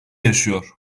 yaşıyor